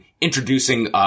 introducing –